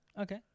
Okay